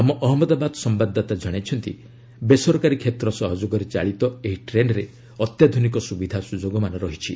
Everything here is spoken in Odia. ଆମ ଅହମ୍ମଦାବାଦ ସମ୍ବାଦଦାତା ଜଣାଇଛନ୍ତି ବେସରକାରୀ କ୍ଷେତ୍ର ସହଯୋଗରେ ଚାଳିତ ଏହି ଟ୍ରେନ୍ରେ ଅତ୍ୟାଧ୍ରନିକ ସ୍ରବିଧାସ୍ରଯୋଗମାନ ରହିଛି